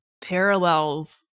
parallels